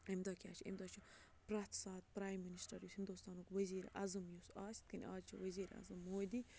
اَمہِ دۄہ کیٛاہ چھِ اَمہِ دۄہ چھُ پرٛٮ۪تھ ساتہٕ پرٛایِم مِنِسٹَر یُس ہِندُستانُک ؤزیٖرِ اعظم یُس آسہِ یِتھ کٔنۍ آز چھِ ؤزیٖر اعظم مودی